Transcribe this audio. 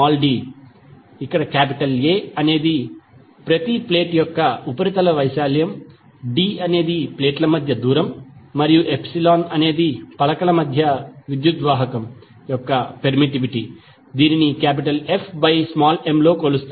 CϵAd ఇక్కడ A అనేది ప్రతి ప్లేట్ యొక్క ఉపరితల వైశాల్యం d అనేది ప్లేట్ల మధ్య దూరం మరియు అనేది పలకల మధ్య విద్యుద్వాహకము యొక్క పెర్మిటివిటీ దీనిని F m లో కొలుస్తారు